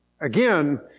again